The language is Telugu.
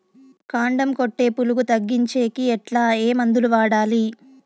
కాండం కొట్టే పులుగు తగ్గించేకి ఎట్లా? ఏ మందులు వాడాలి?